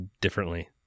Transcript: differently